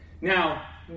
Now